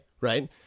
right